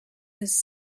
his